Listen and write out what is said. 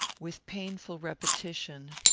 with painful repetition,